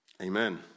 Amen